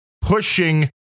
pushing